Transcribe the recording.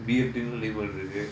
இருக்கு:irukku